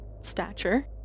stature